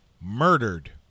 Murdered